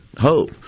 hope